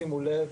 שימו לב,